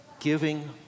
giving